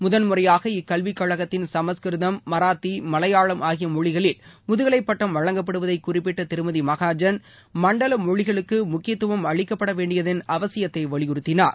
முதன் முறையாக இக்கல்வி கழகத்தின் சமஸ்கிருதம் மராத்தி மலையாளம் ஆகிய மொழிகளில் முதுகலைப்பட்டம் வழங்கப்படுவதை குறிப்பிட்ட திருமதி மகாஜன் மண்டல மொழிகளுக்கு முக்கியதும் அளிப்படவேண்டியதன் அவசியத்தை வலியுறுத்தினார்